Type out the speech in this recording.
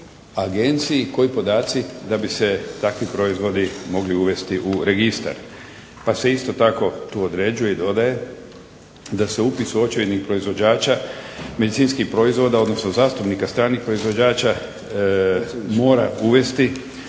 agenciji, koji podaci da bi se takvi proizvodi mogli uvesti u registar, pa se isto tako tu određuje i dodaje da se upis u očevidnik proizvođača medicinskih proizvoda, odnosno zastupnika stranih proizvođača mora uvesti